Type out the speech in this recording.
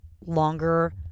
longer